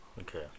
okay